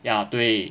ya 对